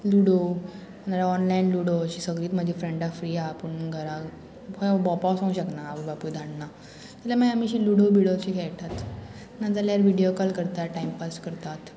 ludo ना जाल्यार online ludo अशी सगळींच म्हजी फ्रेंडा फ्री आहा पूण घराक भोंवपा वचोंक शकना आवय बापूय धाडना जाल्यार मागीर आमी लुडो बिडो अशी खेळटात नाजाल्यार विडियो कॉल करतात टायमपास करतात